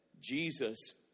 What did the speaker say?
Jesus